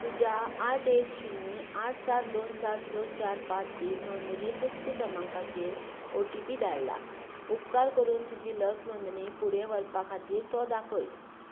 तुज्या आठ एक शुन्य आठ सात दोन सात स चार पांच तीन नोंदणीकृत क्रमांकाचेर ओटीपी धाडला उपकार करून तुजी लस नोंदणी फुडें व्हरपा खातीर तो दाखय